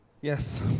Yes